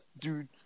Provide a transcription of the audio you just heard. dude